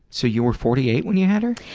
so you were forty eight when you had her?